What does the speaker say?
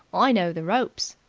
i know the ropes.